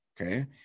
okay